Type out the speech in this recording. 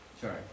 Sorry